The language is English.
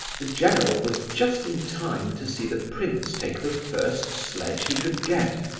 the general was just in time to see the prince take the first sledge he could get,